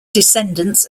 descendants